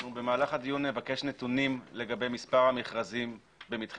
אנחנו במהלך הדיון נבקש נתונים לגבי מספר המכרזים במתחי